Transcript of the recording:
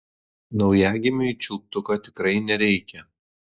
naujagimiui čiulptuko tikrai nereikia